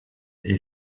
est